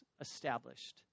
established